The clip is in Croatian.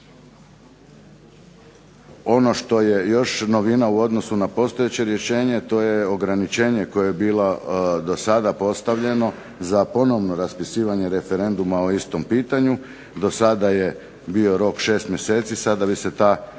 Ono što je još novina u odnosu na postojeće rješenje, to je ograničenje koje je bilo do sada postavljeno za ponovno raspisivanje referenduma o istom pitanju. Do sada je bio rok 6 mjeseci, sada bi se ta